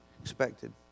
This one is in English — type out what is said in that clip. expected